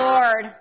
Lord